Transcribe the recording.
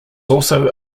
also